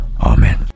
Amen